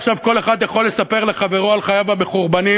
עכשיו, כל אחד יכול לספר לחברו על חייו המחורבנים